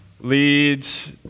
leads